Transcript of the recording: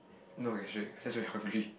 no gastric just very hungry